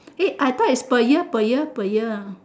eh I thought is per year per year per year ah